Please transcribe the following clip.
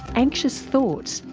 anxious thoughts,